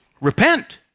Repent